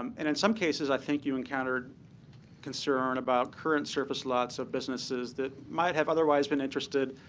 um and in some cases, i think you encountered concern about current surface lots of businesses that might have otherwise been interested,